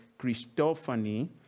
Christophany